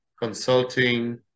consulting